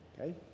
Okay